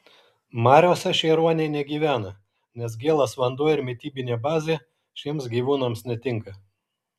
mariose šie ruoniai negyvena nes gėlas vanduo ir mitybinė bazė šiems gyvūnams netinka